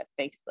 facebook